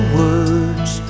words